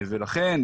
ולכן,